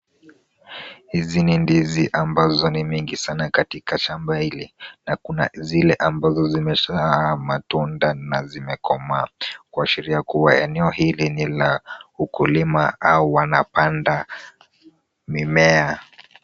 Hizi ni ndizi ambazo ni mingi sana katika shamba hili na kuna zile ambazo zimezaa matunda na zimekomaa kuashiria kuwa eneo hili ni la ukulima au wanapanda mimea.